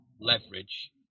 leverage